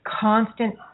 constant